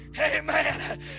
Amen